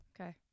Okay